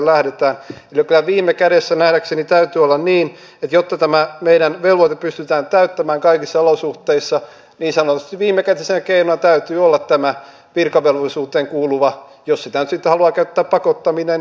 ja kyllä viime kädessä nähdäkseni täytyy olla niin että jotta tämä meidän velvoite pystytään täyttämään kaikissa olosuhteissa niin niin sanotusti viimekätisenä keinona täytyy olla tämä virkavelvollisuuteen kuuluva jos siitä nyt sitten haluaa käyttää sanaa pakottaminen niin pakottaminen